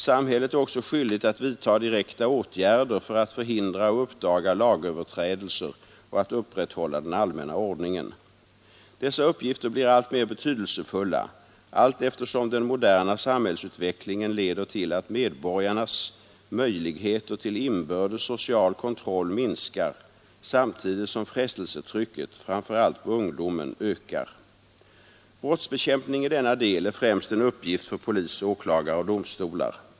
Samhället är också skyldigt att vidta direkta åtgärder för att förhindra och uppdaga lagöverträdelser och att upprätthålla den allmänna ordningen. Dessa uppgifter blir alltmera betydelsefulla, allteftersom den moderna samhällsutvecklingen leder till att medborgarnas möjligheter till inbördes social kontroll minskar, samtidigt som frestelsetrycket — framför allt på ungdomen — ökar. Brottsbekämpning i denna del är främst en uppgift för polis, åklagare och domstolar.